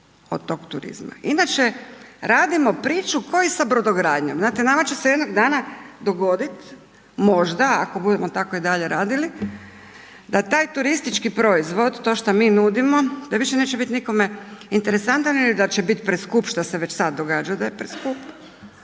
od tog turizma. Inače radimo priču kao i sa brodogradnjom, znate nama će se jednog dana dogoditi, možda ako budemo tako i dalje radili da taj turistički proizvod, to što mi nudimo da više neće biti nikome interesantan ili da će biti preskup šta se već sada događa da je preskup,